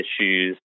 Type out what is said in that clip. issues